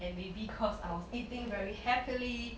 and maybe because I was eating very happily